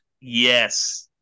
Yes